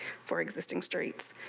for existing streets